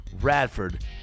Radford